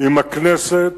אם הכנסת